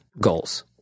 goals